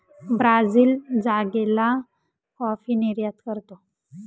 Brazil जागेला coffee निर्यात करतो